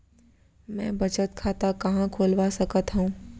मै बचत खाता कहाँ खोलवा सकत हव?